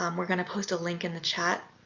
um we're going to post a link in the chat.